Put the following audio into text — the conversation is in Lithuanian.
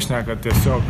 šneka tiesiog